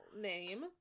name